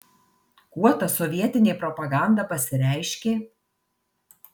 kuo ta sovietinė propaganda pasireiškė